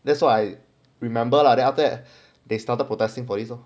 that's what I remember lah then after that they started protesting for this lor